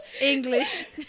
English